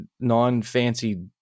non-fancy